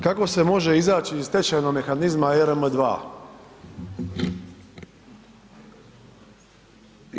Kako se može izaći iz tečajnog mehanizma ERM II?